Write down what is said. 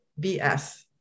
BS